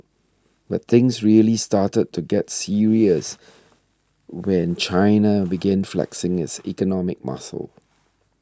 but things really started to get serious when China began flexing its economic muscle